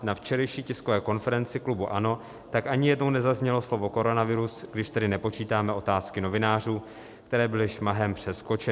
Na včerejší tiskové konferenci klubu ANO tak ani jednou nezaznělo slovo koronavirus, když tedy nepočítáme otázky novinářů, které byly šmahem přeskočeny.